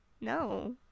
No